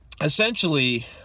essentially